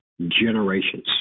generations